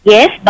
Yes